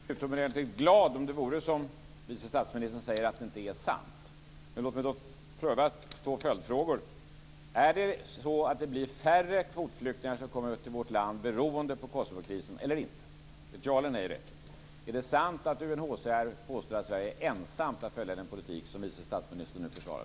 Fru talman! Jag skulle bli utomordentligt glad om det vore så, som vice statsministern säger, att det inte är sant. Men låt mig då pröva två följdfrågor. Är det så att det blir färre kvotflyktingar som kommer till vårt land beroende på Kosovokrisen? Ett ja eller ett nej räcker. Är det sant att UNHCR påstår att Sverige ensamt har att följa den politik som vice statsministern nu försvarar?